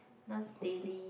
Nas Daily